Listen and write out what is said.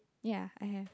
ya I have